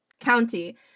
county